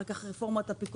אחר כך רפורמת ה- --,